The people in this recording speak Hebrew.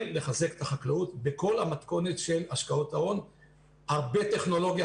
כן לחזק את החקלאות בכל המתכונת של השקעות ההון והרבה טכנולוגיה.